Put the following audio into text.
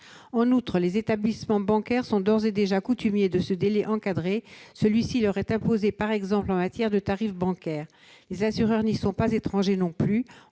En outre, les établissements bancaires sont d'ores et déjà coutumiers de ce délai encadré. Celui-ci leur est imposé par exemple en matière de tarifs bancaires. Les assureurs n'y sont pas étrangers non plus.